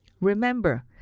Remember